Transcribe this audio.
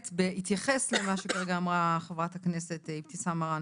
בהתייחס למה שאמרה כרגע ברת הכנסת אבתיסאם מראענה,